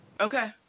Okay